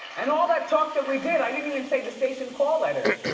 and all that talk that we did, didn't even say the station call letters,